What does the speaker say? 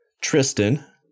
Tristan